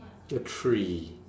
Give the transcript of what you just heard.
a tree